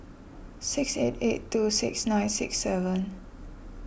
six eight eight two six nine six seven